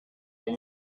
les